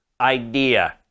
idea